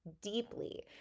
deeply